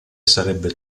sarebbe